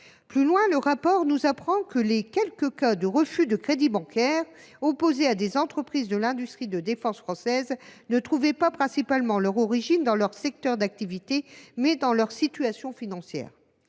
Plus loin, le rapport nous apprend que « les quelques cas de refus de crédit bancaire opposé à des entreprises de l’industrie de défense française ne trouvaient pas principalement leur origine dans leur secteur d’activité, mais dans leur situation financière.